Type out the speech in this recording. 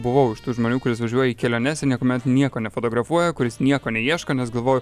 buvau iš tų žmonių kuris važiuoja į keliones ir niekuomet nieko nefotografuoja kuris nieko neieško nes galvoju